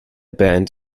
band